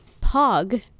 Pog